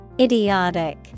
Idiotic